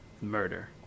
Murder